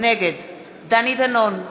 נגד דני דנון,